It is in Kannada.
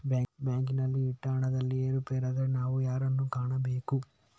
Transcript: ಬ್ಯಾಂಕಿನಲ್ಲಿ ಇಟ್ಟ ಹಣದಲ್ಲಿ ಏರುಪೇರಾದರೆ ನಾವು ಯಾರನ್ನು ಕಾಣಬೇಕು?